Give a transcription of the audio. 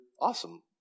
awesome